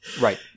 Right